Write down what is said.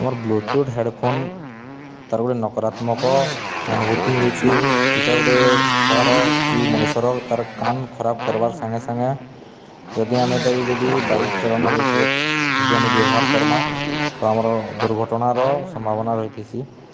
ଆମର୍ Bluetooth headphone ତା'ର ଗୋଟେ ନକରାତ୍ମକ ଅନୁଭୂତି ହଉଛେ ଏଇଟା ଗୋଟେ ଛୁଆର କି ମଣିଷର ତା'ର କାନ୍ ଖରାପ କର୍ବାର୍ ସାଙ୍ଗେ ସାଙ୍ଗେ ଯଦି ଆମେ ଯଦି ବାଇକ୍ ଚଳନ ବିଷୟରେ ଯଦି ଆମେ ବ୍ୟବହାର କର୍ମା ତ ଆମର ଦୁର୍ଘଟଣାର ସମ୍ଭାବନା ରହିଥିସି